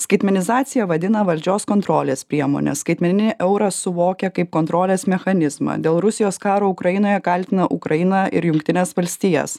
skaitmenizaciją vadina valdžios kontrolės priemone skaitmeninį eurą suvokia kaip kontrolės mechanizmą dėl rusijos karo ukrainoje kaltina ukrainą ir jungtines valstijas